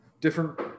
different